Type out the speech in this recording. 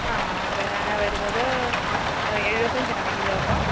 ആ ആ ബനാന വരുന്നത് എഴുപത്തഞ്ചാണെ കിലോ ഇപ്പം